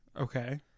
okay